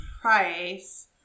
Price